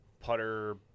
putter